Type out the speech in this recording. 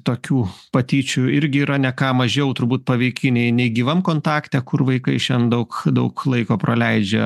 tokių patyčių irgi yra ne ką mažiau turbūt paveiki nei negyvam kontakte kur vaikai šiandien daug daug laiko praleidžia